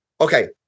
okay